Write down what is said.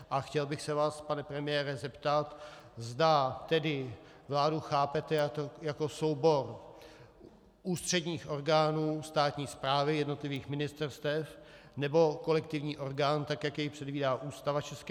A chtěl bych se vás, pane premiére zeptat, zda vládu chápete jako soubor ústředních orgánů státní správy jednotlivých ministerstev, nebo kolektivní orgán, tak jak jej předvídá Ústava ČR.